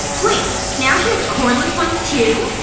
wait. now she has cordless ones, too?